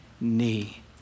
knee